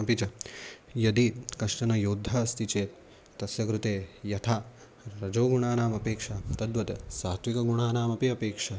अपि च यदि कश्चन योद्धा अस्ति चेत् तस्य कृते यथा रजोगुणानाम् अपेक्षा तद्वत् सात्विकगुणानामपि अपेक्षा